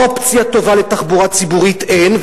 אופציה טובה של תחבורה ציבורית אין,